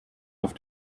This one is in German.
auf